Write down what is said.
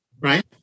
right